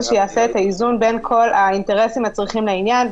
שיעשה את האיזון בין כל האינטרסים הצריכים לעניין,